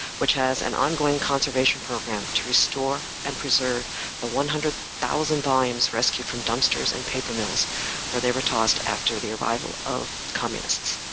which has an ongoing conservation program to restore and preserve the one hundred thousand volumes rescued from dumpsters and paper mills where they were tossed after the arrival of communists.